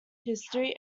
history